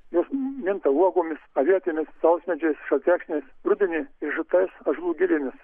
jos minta uogomis avietėmis sausmedžiais šaltekšniais rudenįriešutais ąžuolų gilėmis